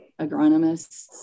agronomists